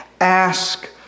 ask